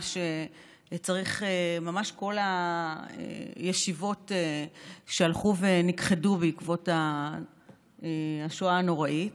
שממש כל הישיבות הלכו ונכחדו בעקבות השואה הנוראית.